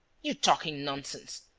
you're talking nonsense!